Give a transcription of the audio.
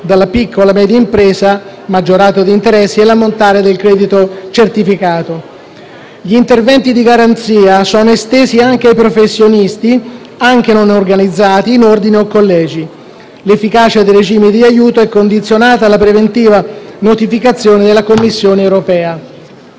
dalla piccola e media impresa maggiorato di interessi e l'ammontare del credito certificato. Gli interventi di garanzia sono estesi anche ai professionisti, anche non organizzati in ordini o collegi. L'efficacia del regime di aiuto è condizionata alla preventiva notificazione della Commissione europea.